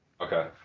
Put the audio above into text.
Okay